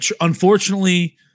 unfortunately